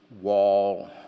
wall